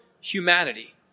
humanity